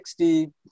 60